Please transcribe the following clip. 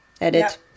edit